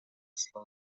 slow